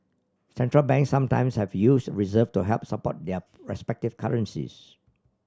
Central Banks sometimes have used reserve to help support their respective currencies